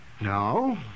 No